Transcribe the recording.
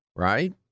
Right